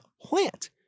plant